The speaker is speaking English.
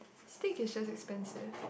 steak is just expensive